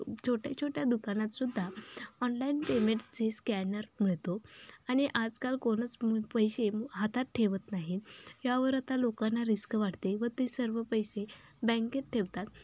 छोट्या छोट्या दुकानातसुद्धा ऑनलाईन पेमेंटचे स्कॅनर मिळतो आणि आजकाल कोणीच म पैसे हातात ठेवत नाही यावर आता लोकांना रिस्क वाटते व ते सर्व पैसे बँकेत ठेवतात